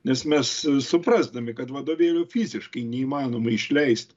nes mes suprasdami kad vadovėlių fiziškai neįmanoma išleist